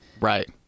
right